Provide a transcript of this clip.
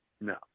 No